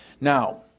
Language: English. Now